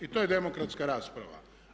I to je demokratska rasprava.